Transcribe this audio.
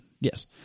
Yes